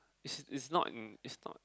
it's it's not in it's not